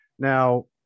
Now